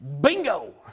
Bingo